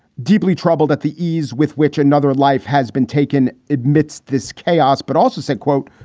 deeply troubled at the ease with which another life has been taken amidst this chaos, but also said, quote,